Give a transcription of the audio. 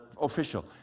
official